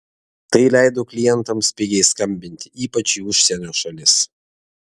tai leido klientams pigiai skambinti ypač į užsienio šalis